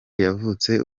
yavutse